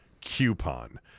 Coupon